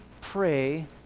pray